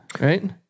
Right